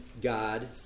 God